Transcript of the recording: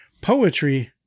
poetry